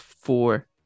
four